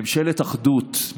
ממשלת אחדות,